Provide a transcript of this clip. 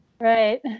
right